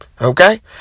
Okay